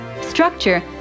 structure